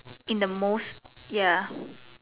in the most ya